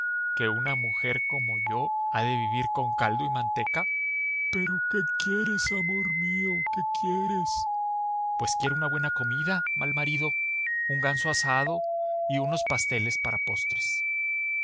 que una mujer como yo ha de vivir con caldo y manteca pero qué quieres amor mío qué quieres pues quiero una buena comida mal marido un ganso asado y unos pasteles para postres